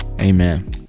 Amen